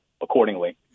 accordingly